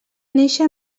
néixer